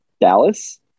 Dallas